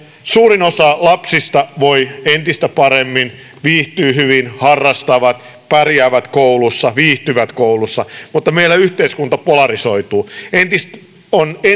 suurin osa meidän lapsista voi entistä paremmin viihtyy hyvin harrastaa pärjää koulussa viihtyy koulussa mutta meillä yhteiskunta polarisoituu on